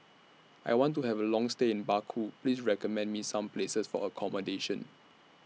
I want to Have A Long stay in Baku Please recommend Me Some Places For accommodation